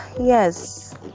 yes